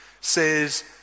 says